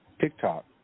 TikTok